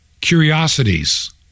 curiosities